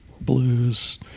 blues